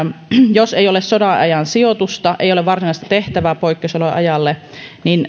jos ei ole sodanajan sijoitusta ei ole varsinaista tehtävää poikkeusolojen ajalla niin